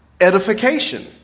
Edification